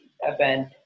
event